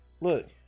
look